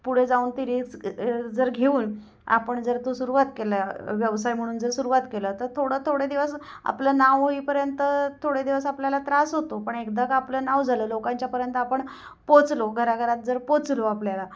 पुढे जाऊन ती रिस्क जर घेऊन आपण जर तो सुरुवात केला व्यवसाय म्हणून जर सुरुवात केलं तर थोडं थोडे दिवस आपलं नाव होईपर्यंत थोडे दिवस आपल्याला त्रास होतो पण एकदा आपलं नाव झालं लोकांच्यापर्यंत आपण पोचलो घराघरात जर पोचलो आपल्याला